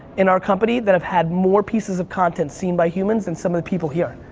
in our company that have had more pieces of content seen by humans and some of the people here.